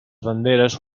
banderes